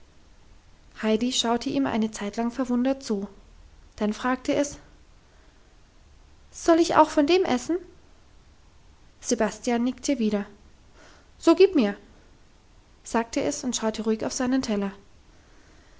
heidi schaute ihm eine zeit lang verwundert zu dann fragte es soll ich auch von dem essen sebastian nickte wieder so gib mir sagte es und schaute ruhig auf seinen teller